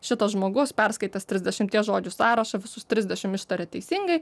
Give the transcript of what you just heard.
šitas žmogus perskaitęs trisdešimties žodžių sąrašą visus trisdešim ištarė teisingai